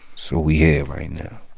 so we here right now